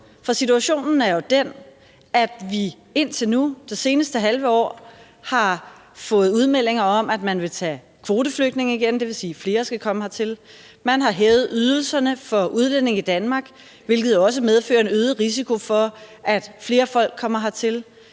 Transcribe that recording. For situationen er jo den, at vi indtil nu, det seneste halve år, har fået udmeldinger om, at man vil tage kvoteflygtninge igen. Det vil sige, at flere skal komme hertil. Man har hævet ydelserne for udlændinge i Danmark, hvilket også medfører en øget risiko for, at flere folk kommer hertil.